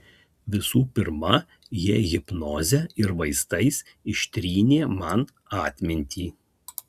visų pirma jie hipnoze ir vaistais ištrynė man atmintį